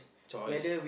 choice